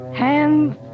hands